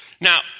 Now